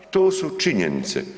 I to su činjenice.